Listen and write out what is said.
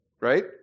Right